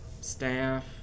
staff